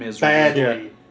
badly